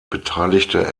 beteiligte